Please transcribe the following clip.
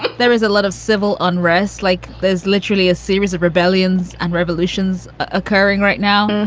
there is a lot of civil unrest. like there's literally a series of rebellions and revolutions occurring right now.